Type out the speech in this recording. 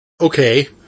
okay